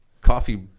Coffee